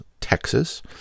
texas